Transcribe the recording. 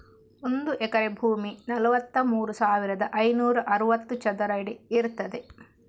ಒಂದು ಎಕರೆ ಭೂಮಿ ನಲವತ್ತಮೂರು ಸಾವಿರದ ಐನೂರ ಅರವತ್ತು ಚದರ ಅಡಿ ಇರ್ತದೆ